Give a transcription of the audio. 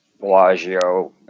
bellagio